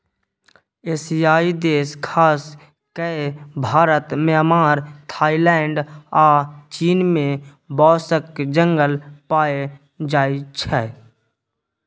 एशियाई देश खास कए भारत, म्यांमार, थाइलैंड आ चीन मे बाँसक जंगल पाएल जाइ छै